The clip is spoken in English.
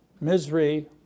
misery